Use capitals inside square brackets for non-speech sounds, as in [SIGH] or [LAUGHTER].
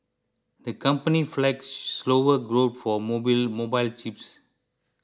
the company flagged slower growth for [UNINTELLIGIBLE] mobile chips